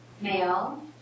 male